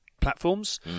platforms